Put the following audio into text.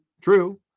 true